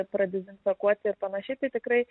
pradezinfekuoti ir panašiai tai tikrai